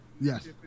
Yes